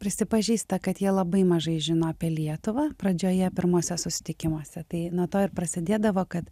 prisipažįsta kad jie labai mažai žino apie lietuvą pradžioje pirmuose susitikimuose tai nuo to ir prasėdėdavo kad